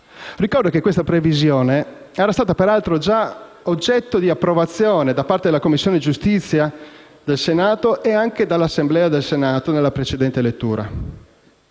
Ricordo che questa previsione era stata peraltro già oggetto di approvazione da parte della Commissione giustizia del Senato e anche dall'Assemblea del Senato nella precedente lettura.